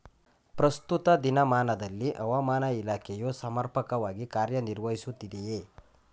ಪ್ರಸ್ತುತ ದಿನಮಾನದಲ್ಲಿ ಹವಾಮಾನ ಇಲಾಖೆಯು ಸಮರ್ಪಕವಾಗಿ ಕಾರ್ಯ ನಿರ್ವಹಿಸುತ್ತಿದೆಯೇ?